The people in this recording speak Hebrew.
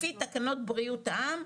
לפי תקנות בריאות העם,